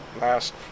last